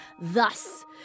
Thus